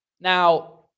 now